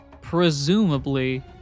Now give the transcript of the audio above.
presumably